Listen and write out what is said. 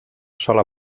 sola